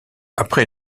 après